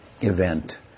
event